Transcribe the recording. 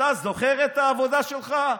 אתה זוכר את העבודה שלך,